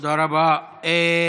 תודה רבה.